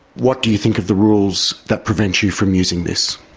what do you think of the rules that prevent you from using this?